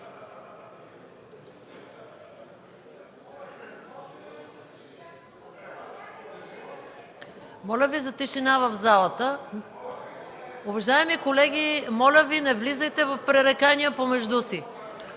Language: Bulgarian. Моля Ви за тишина в залата. Уважаеми колеги, моля Ви, не влизайте в пререкания помежду си!